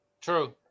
True